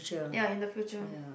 ya in the future